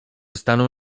stanął